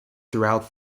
throughout